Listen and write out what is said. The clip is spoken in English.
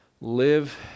live